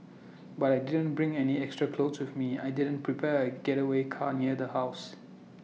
but I didn't bring any extra clothes with me I didn't prepare A getaway car near the house